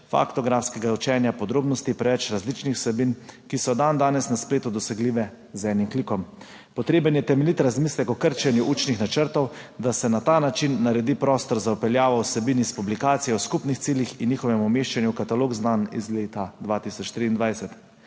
faktografskega učenja podrobnosti, preveč različnih vsebin, ki so dandanes na spletu dosegljive z enim klikom. Potreben je temeljit razmislek o krčenju učnih načrtov, da se na ta način naredi prostor za vpeljavo vsebin iz publikacije o skupnih ciljih in njihovem umeščanju v katalog znanj iz leta 2023.